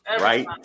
right